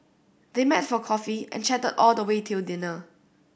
they met for coffee and chatted all the way till dinner